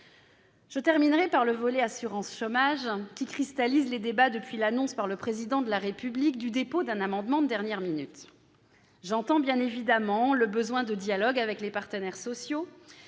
Je terminerai par le volet « assurance chômage », qui cristallise les débats depuis l'annonce par le Président de la République du dépôt d'un amendement de dernière minute. J'entends bien évidemment le besoin de dialogue avec les partenaires sociaux.